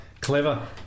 clever